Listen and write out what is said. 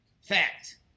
Fact